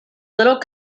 little